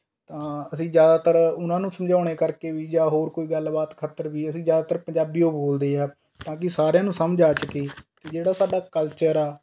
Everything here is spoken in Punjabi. ਤਾਂ ਅਸੀਂ ਜ਼ਿਆਦਾਤਰ ਉਨ੍ਹਾਂ ਨੂੰ ਸਮਝਾਉਂਦੇ ਕਰਕੇ ਵੀ ਜਾਂ ਹੋਰ ਕੋਈ ਗੱਲਬਾਤ ਖਾਤਰ ਵੀ ਅਸੀਂ ਜ਼ਿਆਦਾਤਰ ਪੰਜਾਬੀ ਉਹ ਬੋਲ਼ਦੇ ਹਾਂ ਤਾਂ ਕਿ ਸਾਰਿਆਂ ਨੂੰ ਸਮਝ ਆ ਸਕੇ ਕਿ ਜਿਹੜਾ ਸਾਡਾ ਕਲਚਰ ਹੈ